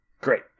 Great